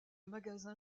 magasin